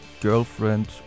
girlfriend